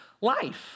life